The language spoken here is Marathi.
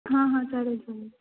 हां हां चालेल चालेल